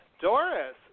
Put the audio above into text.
Doris